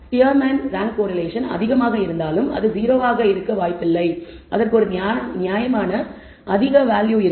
Spearman rank correlation அதிகமாக இருந்தாலும் அது 0 ஆக இருக்க வாய்ப்பில்லை அதற்கு ஒரு நியாயமான அதிக வேல்யூ இருக்கும்